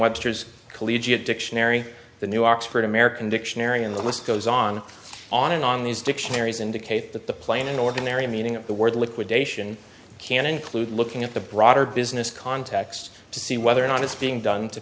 webster's collegiate dictionary the new oxford american dictionary and the list goes on on and on these dictionaries indicate that the plane in ordinary meaning of the word liquidation can include looking at the broader business context to see whether or not it's being done to